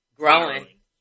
growing